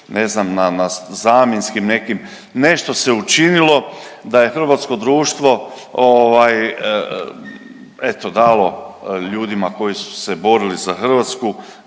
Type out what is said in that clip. ne znam, na zamjenskim nekim, nešto se učinilo, da je hrvatsko društvo ovaj, eto, dalo ljudima koji su se borili za Hrvatsku,